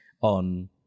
on